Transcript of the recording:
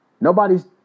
nobody's